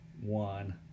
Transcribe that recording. one